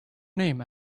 name